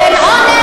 אל תשווה בין עונש,